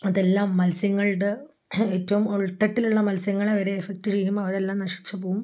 അതെല്ലാം മത്സ്യങ്ങളുടെ ഏറ്റവും ഉൾത്തട്ടിലുള്ള മത്സ്യങ്ങളെ വരെ എഫക്റ്റ് ചെയ്യും അവയെല്ലാം നശിച്ചുപോകും